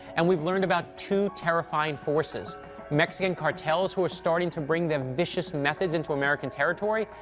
and we've learned about two terrifying forces mexican cartels, who are starting to bring their vicious methods into american territory,